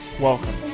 Welcome